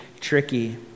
tricky